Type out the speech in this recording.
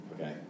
Okay